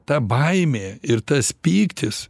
ta baimė ir tas pyktis